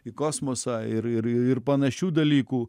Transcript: į kosmosą ir ir ir panašių dalykų